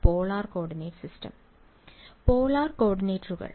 വിദ്യാർത്ഥി polar polar കോർഡിനേറ്റുകൾ